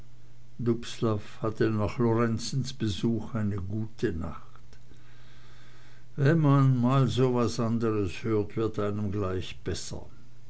hatte nach lorenzens besuch eine gute nacht wenn man mal so was andres hört wird einem gleich besser